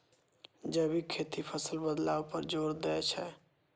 जैविक खेती फसल बदलाव पर जोर दै छै